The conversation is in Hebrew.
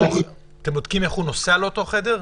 אתם בודקים איך הוא נוסע לאותו חדר?